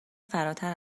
فراتر